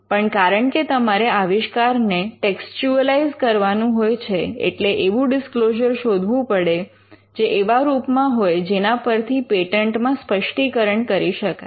પણ કારણ કે તમારે આવિષ્કાર ને ટેક્સચ્યુઅલાઇઝ કરવાનું હોય છે એટલે એવુ ડિસ્ક્લોઝર શોધવું પડે જે એવા રૂપમાં હોય જેના પરથી પેટન્ટ માં સ્પષ્ટીકરણ કરી શકાય